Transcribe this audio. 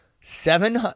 Seven